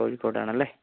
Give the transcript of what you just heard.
കോഴിക്കോട് ആണല്ലേ